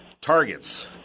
Targets